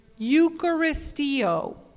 Eucharistio